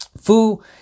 Fu